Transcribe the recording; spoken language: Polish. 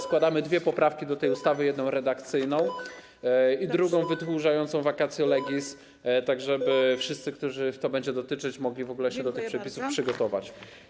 Składamy dwie poprawki do tej ustawy, jedną redakcyjną i drugą wydłużającą vacatio legis, tak żeby wszyscy, których to będzie dotyczyć, mogli się w ogóle do tych przepisów przygotować.